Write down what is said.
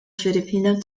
filipino